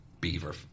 beaver